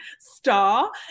star